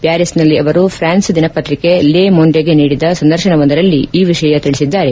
ಪ್ಯಾರೀಸ್ನಲ್ಲಿ ಅವರು ಪ್ರಾನ್ಸ್ ದಿನಪತ್ರಿಕೆ ಲೇ ಮೊಂಡೆಗೆ ನೀಡಿದ ಸಂದರ್ಶನವೊಂದರಲ್ಲಿ ಈ ವಿಷಯ ತಿಳಿಸಿದ್ದಾರೆ